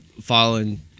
following